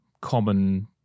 common